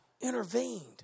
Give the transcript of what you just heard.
intervened